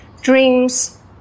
dreams